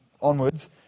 onwards